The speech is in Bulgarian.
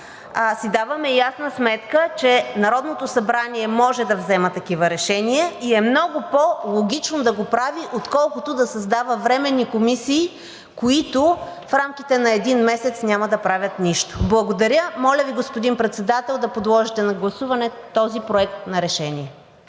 си даваме ясна сметка, че Народното събрание може да взема такива решения и е много по-логично да го прави, отколкото да създава временни комисии, които в рамките на един месец няма да правят нищо. Благодаря. Моля Ви, господин Председател, да подложите на гласуване този проект на решение.